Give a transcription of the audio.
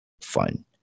fun